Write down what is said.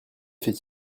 fait